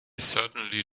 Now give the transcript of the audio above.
certainly